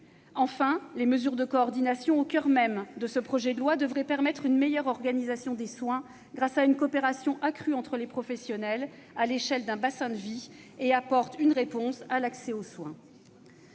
Enfin, les mesures de coordination, au coeur même de ce projet de loi, devraient permettre une meilleure organisation des soins, grâce à une coopération accrue entre les professionnels à l'échelle d'un bassin de vie, apportant ainsi une réponse à la question